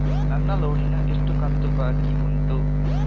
ನನ್ನ ಲೋನಿನ ಎಷ್ಟು ಕಂತು ಬಾಕಿ ಉಂಟು?